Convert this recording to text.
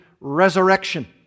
resurrection